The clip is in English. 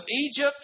Egypt